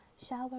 shower